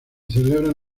celebran